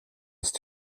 ist